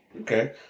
Okay